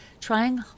trying